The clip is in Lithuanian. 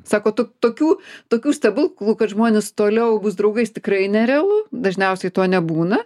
sako tu tokių tokių stebuklų kad žmonės toliau bus draugais tikrai nerealu dažniausiai to nebūna